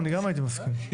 אני גם הייתי מסכים.